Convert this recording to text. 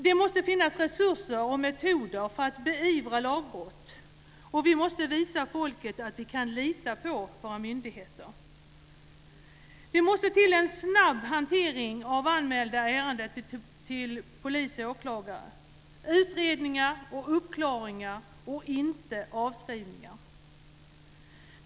Det måste finnas resurser och metoder för att beivra lagbrott, och vi måste visa folket att vi kan lita på våra myndigheter. Det måste till en snabb hantering av anmälda ärenden till polis och åklagare. Det måste bli utredningar och uppklarningar, och inte avskrivningar.